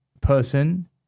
person